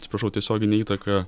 atsiprašau tiesiogine įtaka